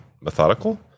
methodical